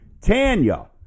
Tanya